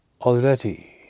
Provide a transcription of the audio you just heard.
Already